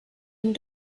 and